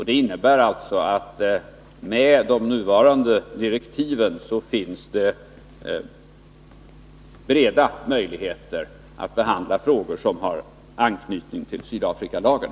Det innebär alltså att med de nuvarande direktiven finns det möjligheter att behandla flertalet frågor som har anknytning till Sydafrikalagen.